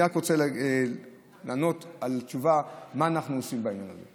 אני רוצה לענות על השאלה מה אנחנו עושים בעניין הזה,